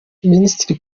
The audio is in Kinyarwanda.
minisitiri